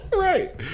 right